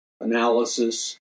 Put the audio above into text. analysis